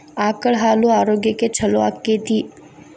ಆಕಳ ಹಾಲು ಆರೋಗ್ಯಕ್ಕೆ ಛಲೋ ಆಕ್ಕೆತಿ?